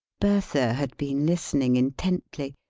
bertha had been listening intently.